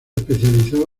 especializó